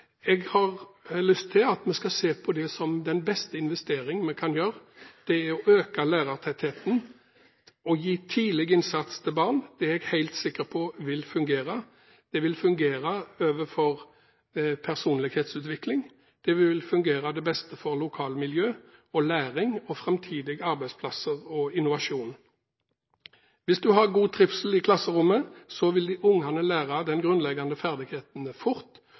Jeg har lyst til at vi skal se på det som den beste investeringen vi kan gjøre. Det er å øke lærertettheten og sette inn tidlig innsats overfor barn. Det er jeg helt sikker på vil fungere. Det vil fungere med tanke på personlighetsutvikling, det vil fungere til beste for lokalmiljøet, læring, framtidige arbeidsplasser og innovasjon. Hvis du har god trivsel i klasserommet, vil ungene lære de grunnleggende ferdighetene fort,